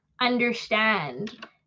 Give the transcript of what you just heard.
understand